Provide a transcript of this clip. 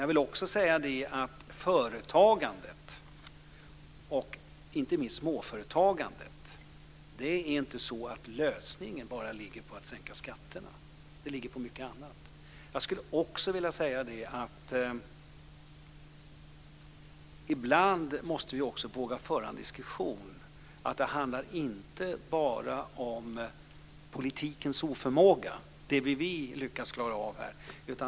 Lösningen för företagandet, inte minst småföretagandet, ligger inte i bara att sänka skatterna. Den ligger i mycket annat. Ibland måste vi också våga föra en diskussion om att det inte bara handlar om politikens oförmåga, dvs. det vi lyckas klara av här.